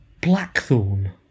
Blackthorn